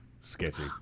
sketchy